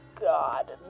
God